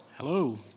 Hello